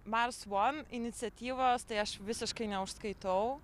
mars one iniciatyvos tai aš visiškai neužskaitau